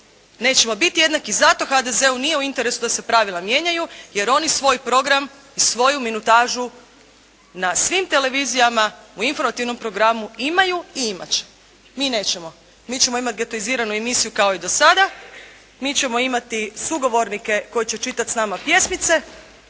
Nećemo biti jednaki. Zato HDZ-u nije u interesu da se pravila mijenjaju jer oni svoj program, svoju minutažu na svim televizijama u informativnom programu imaju i imati će. Mi nećemo, mi ćemo imati getoiziranu emisiju kao i do sada, mi ćemo imati sugovornike koji će čitati s nama pjesmice,